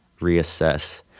reassess